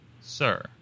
sir